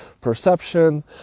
perception